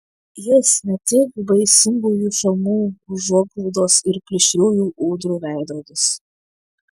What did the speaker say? jis ne tik baisingųjų šamų užuoglaudos ir plėšriųjų ūdrų veidrodis